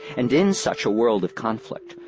and in such a world of conflict,